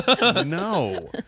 No